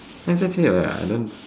let just say right I learn